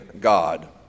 God